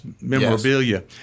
memorabilia